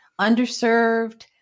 Underserved